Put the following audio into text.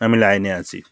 আমি লাইনে আছি